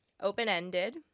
Open-ended